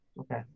Okay